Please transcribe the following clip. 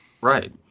Right